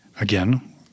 Again